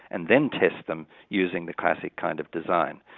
and then test them using the classic kind of design.